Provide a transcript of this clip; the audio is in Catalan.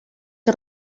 que